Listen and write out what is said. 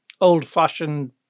old-fashioned